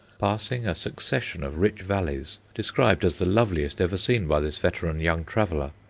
passing a succession of rich valleys described as the loveliest ever seen by this veteran young traveller,